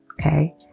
okay